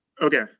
okay